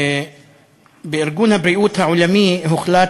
בארגון הבריאות העולמי הוחלט,